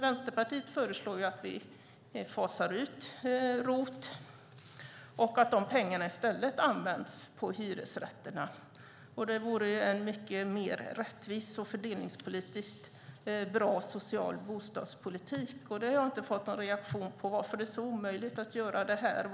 Vänsterpartiet föreslår att vi fasar ut ROT och att de pengarna i stället används på hyresrätterna. Det vore mycket mer rättvis och fördelningspolitiskt bra social bostadspolitik. Men jag har inte fått någon reaktion på varför det är så omöjligt att göra det.